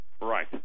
Right